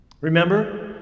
Remember